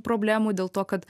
problemų dėl to kad